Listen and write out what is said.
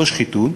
לא שחיתות,